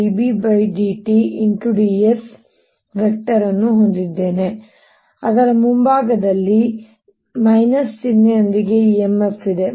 dS ಅನ್ನು ಹೊಂದಿದ್ದೇನೆ ಅದರ ಮುಂಭಾಗದಲ್ಲಿ ಚಿಹ್ನೆಯೊಂದಿಗೆ EMF ಇದೆ